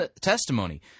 testimony